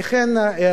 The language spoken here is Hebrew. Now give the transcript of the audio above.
יש אפשרות,